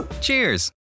Cheers